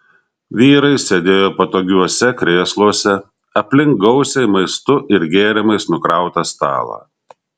vyrai sėdėjo patogiuose krėsluose aplink gausiai maistu ir gėrimais nukrautą stalą